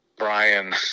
Brian